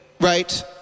right